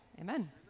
Amen